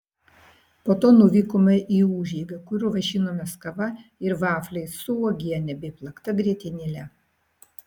po to nuvykome į užeigą kur vaišinomės kava ir vafliais su uogiene bei plakta grietinėle